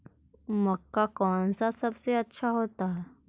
मक्का कौन सा सबसे अच्छा होता है?